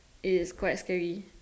is quite scary